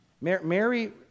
Mary